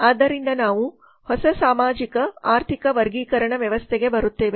ಆದ್ದರಿಂದ ನಾವು ಹೊಸ ಸಾಮಾಜಿಕ ಆರ್ಥಿಕ ವರ್ಗೀಕರಣ ವ್ಯವಸ್ಥೆಗೆ ಬರುತ್ತೇವೆ